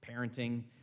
parenting